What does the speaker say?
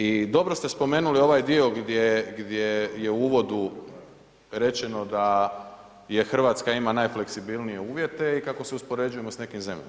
I dobro ste spomenuli ovaj dio gdje je u uvodu rečeno da Hrvatska ima najfleksibilnije uvjete i kako se uspoređujemo s nekim zemljama.